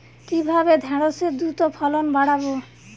কিভাবে ঢেঁড়সের দ্রুত ফলন বাড়াব?